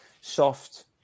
soft